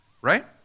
Right